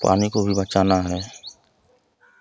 पानी को भी बचाना है